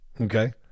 Okay